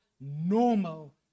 normal